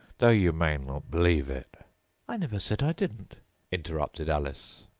though you mayn't believe it i never said i didn't interrupted alice.